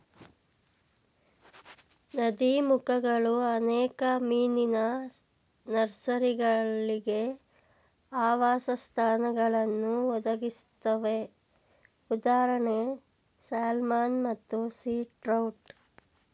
ನದೀಮುಖಗಳು ಅನೇಕ ಮೀನಿನ ನರ್ಸರಿಗಳಿಗೆ ಆವಾಸಸ್ಥಾನಗಳನ್ನು ಒದಗಿಸುತ್ವೆ ಉದಾ ಸ್ಯಾಲ್ಮನ್ ಮತ್ತು ಸೀ ಟ್ರೌಟ್